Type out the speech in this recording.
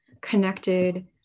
connected